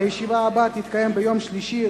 הישיבה הבאה תתקיים ביום שלישי,